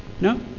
no